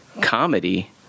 COMEDY